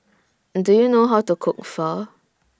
Do YOU know How to Cook Pho